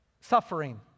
suffering